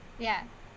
ya